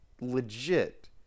legit